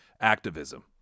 activism